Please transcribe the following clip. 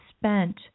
spent